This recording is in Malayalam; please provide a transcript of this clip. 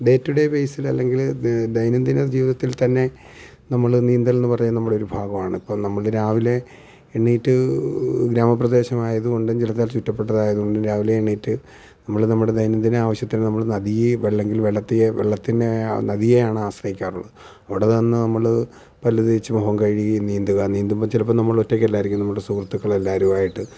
ഡേ ടു ഡേ ബേസിൽ അല്ലെങ്കിൽ ദൈനംദിന ജീവിതത്തിൽ തന്നെ നമ്മൾ നീന്തൽ എന്നു പറയുന്ന നമ്മുടെ ഒരു ഭാഗമാണ് ഇപ്പം നമ്മൾ രാവിലെ എണീറ്റ് ഗ്രാമപ്രദേശമായതുകൊണ്ടും ജലത്താൽ ചുറ്റപ്പെട്ടതായതുകൊണ്ടും രാവിലെ എണീറ്റ് നമ്മൾ നമ്മുടെ ദൈനംദിന ആവശ്യത്തിന് നമ്മൾ നദിയെ അല്ലെങ്കിൽ വെള്ളത്തിനെ വെള്ളത്തിനെ നദിയെയാണ് ആശ്രയിക്കാറുള്ളത് അവിടെ നിന്ന് നമ്മൾ പല്ലു തേച്ച് മുഖം കഴുകി നീന്തുക നീന്തുമ്പം ചിലപ്പം നമ്മൾ ഒറ്റയ്ക്കല്ലായിരിക്കും നമ്മുടെ സുഹൃത്തുക്കളെല്ലാവരുമായിട്ട്